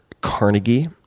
Carnegie